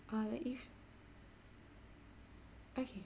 uh like if okay